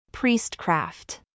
Priestcraft